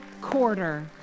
quarter